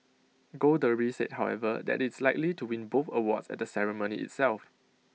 gold Derby said however that IT is likely to win both awards at the ceremony itself